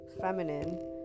feminine